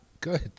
good